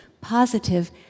positive